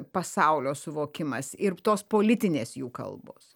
pasaulio suvokimas ir tos politinės jų kalbos